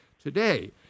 today